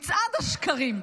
מצעד השקרים.